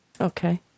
Okay